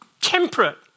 temperate